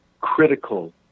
critical